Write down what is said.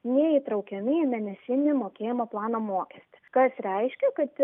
neįtraukiami į mėnesinį mokėjimo plano mokestį kas reiškia kad